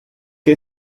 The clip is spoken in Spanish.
que